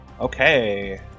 Okay